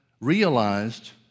realized